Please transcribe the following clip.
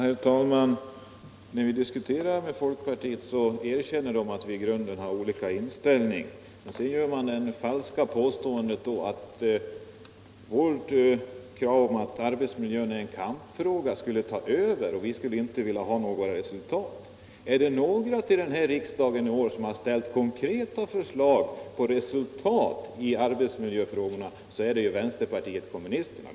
Herr talman! När vi diskuterar med folkpartiet erkänner man att våra partier i grunden har olika inställning. Sedan gör man det falska påståendet att vårt krav på att arbetsmiljön skall vara en kampfråga skulle ta över och att vi inte skulle vilja ha några resultat. Är det några som här I riksdagen i år ställt konkreta krav på resultat i arbetsmiljöfrågorna, är det vänsterpartiet kommunisterna.